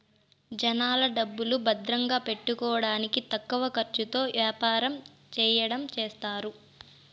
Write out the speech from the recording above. జనాల డబ్బులు భద్రంగా పెట్టుకోడానికి తక్కువ ఖర్చుతో యాపారం చెయ్యడం చేస్తారు